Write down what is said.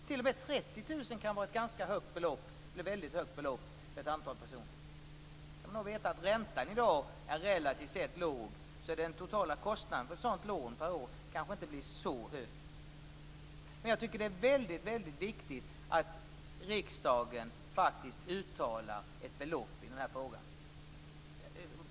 T.o.m. 30 000 kr kan vara ett väldigt högt belopp för ett antal personer. Då skall man veta att räntan i dag är relativt låg, så den totala kostnaden per år för ett sådant lån kanske inte blir så hög. Men jag tycker att det är väldigt viktigt att riksdagen faktiskt fastställer ett belopp i den här frågan.